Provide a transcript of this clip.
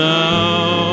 now